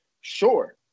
sure